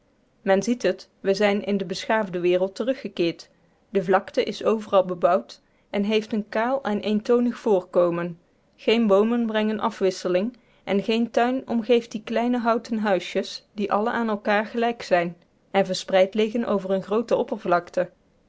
men ziet het we zijn in de beschaafde wereld teruggekeerd de vlakte is overal bebouwd en heeft een kaal en eentonig voorkomen geen boomen brengen afwisseling en geen tuin omgeeft die kleine houten huisjes die alle aan elkaar gelijk zijn en verspreid liggen over eene groote oppervlakte